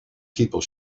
people